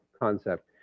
concept